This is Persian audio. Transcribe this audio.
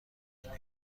بیرون